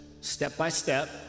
step-by-step